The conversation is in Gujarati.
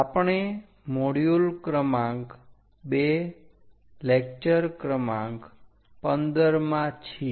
આપણે મોડ્યુલ ક્રમાંક 2 લેક્ચર ક્રમાંક 15 માં છીએ